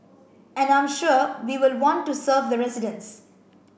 and I'm sure we will want to serve the residents